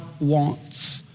wants